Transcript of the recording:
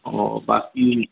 उहो बाकी